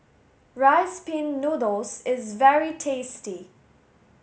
rice pin noodles is very tasty